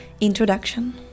Introduction